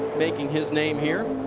making his name here.